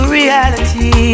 reality